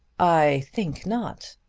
i think not.